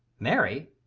mary?